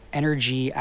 energy